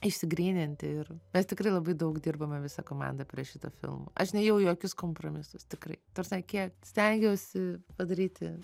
išsigryninti ir mes tikrai labai daug dirbome visa komanda prie šito filmo aš nėjau į jokius kompromisus tikrai ta prasme kiek stengiausi padaryti